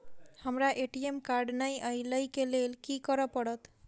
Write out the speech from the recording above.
हमरा ATM card नै अई लई केँ लेल की करऽ पड़त?